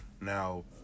Now